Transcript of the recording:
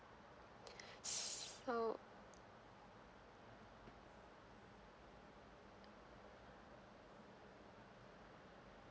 so